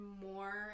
more